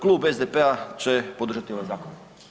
Klub SDP-a će podržati ovaj zakon.